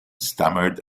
stammered